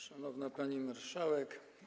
Szanowna Pani Marszałek!